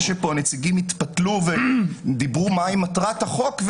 שפה נציגים התפתלו ודיברו מהי מטרת החוק,